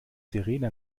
sirene